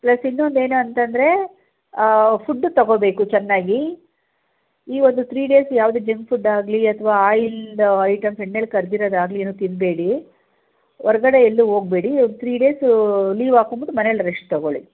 plus ಇನ್ನೊಂದು ಏನು ಅಂತಂದರೆ ಫುಡ್ಡು ತಗೋಬೇಕು ಚೆನ್ನಾಗಿ ಈವೊಂದು ತ್ರೀ ಡೇಸ್ ಯಾವುದೂ ಜಂಕ್ ಫುಡ್ ಆಗಲಿ ಅಥವಾ ಆಯಿಲ್ ಐಟಮ್ಸ್ ಎಣ್ಣೆಲಿ ಕರಿದಿರೋದಾಗ್ಲಿ ಏನು ತಿನ್ನಬೇಡಿ ಹೊರ್ಗಡೆ ಎಲ್ಲೂ ಹೋಗ್ಬೇಡಿ ಒಂದು ತ್ರೀ ಡೇಸು ಲೀವ್ ಹಾಕೊಂಬಿಟ್ಟು ಮನೇಲೆ ರೆಸ್ಟ್ ತಗೊಳ್ಳಿ